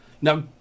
Now